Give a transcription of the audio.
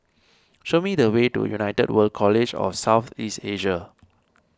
show me the way to United World College of South East Asia